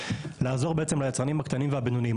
לעזור ליצרנים הקטנים והבינוניים.